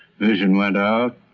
vision went out